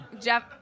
Jeff